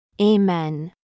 Amen